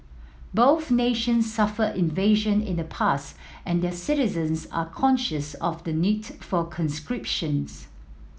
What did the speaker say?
both nations suffered invasion in the past and their citizens are conscious of the need for conscription's